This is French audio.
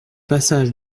passage